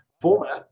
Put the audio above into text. format